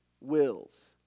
wills